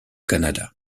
canada